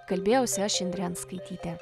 kalbėjausi aš indrė anskaitytė